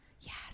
Yes